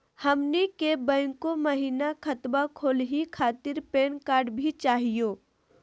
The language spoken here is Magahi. हमनी के बैंको महिना खतवा खोलही खातीर पैन कार्ड भी चाहियो?